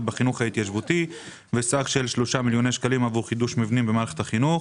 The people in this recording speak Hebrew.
בחינוך ההתיישבותי וסך של 3מיליוני שקלים עבור חידוש מבנים במערכת החינוך